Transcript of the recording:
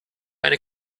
eine